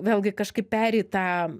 vėlgi kažkaip pereit tą